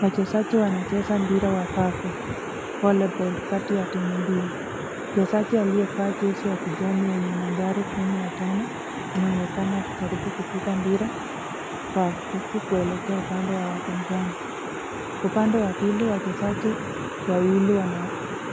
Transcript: Wachezaji wanacheza mpira wa wavu cs[volley ball]cs kati ya timu mbili. Mchezaji aliyevaa jezi ya kijani yenye nambari kumi na tano anaonekana akijaribu kupiga mpira kwa nguvu kuelekea upande wa wapinzani. Upande wa pili wachezaji wawili